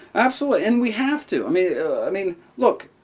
absolutely. and we have to. i mean yeah i mean, look,